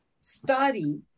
study